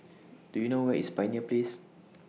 Do YOU know Where IS Pioneer Place